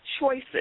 choices